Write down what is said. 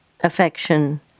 affection